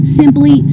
simply